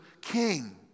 king